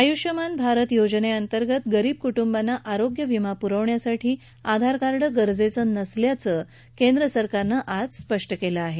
आयुष्मान भारत योजनेअंतर्गत गरीब कुटुंबांना आरोग्य विमा पुरवण्यासाठी आधार कार्ड गरजेचं नसल्याचं केंद्र सरकारनं आज स्पष्ट केलं आहे